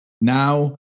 Now